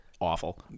Awful